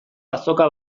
azoka